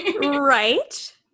Right